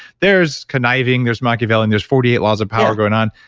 there's conniving, there's machiavellian, there's forty eight laws of power going on.